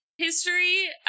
history